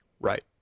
Right